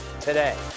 today